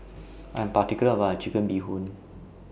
I'm particular about My Chicken Bee Hoon